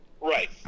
Right